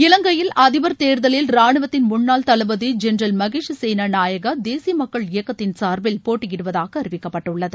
இலங்கையில் அதிபர் தேர்தலில் ரானுவத்தின் முன்னாள் தளபதி ஜென்ரல் மகேஷ் சேனா நாயகா தேசிய மக்கள் இயக்கத்தின் சார்பில் போட்டியிடுவதாக அறிவிக்கப்பட்டுள்ளது